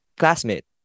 classmate